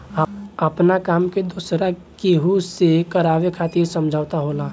आपना काम के दोसरा केहू से करावे खातिर समझौता होला